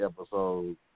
episode